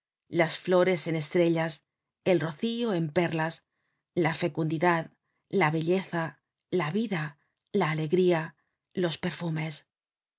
las flores en estrellas el rocío en perlas la fecundidad la belleza la vida la alegría los perfumes